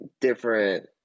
different